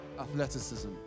athleticism